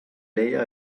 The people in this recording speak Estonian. leia